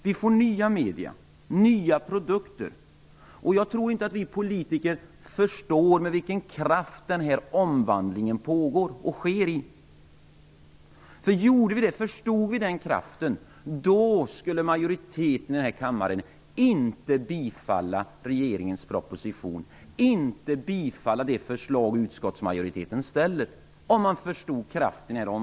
Vi får nya medier, nya produkter. Jag tror inte att vi politiker förstår med vilken kraft den här omvandlingen sker. Förstod vi den kraften, skulle en majoritet av oss i denna kammare inte bifalla regeringens proposition och utskottsmajoritetens förslag.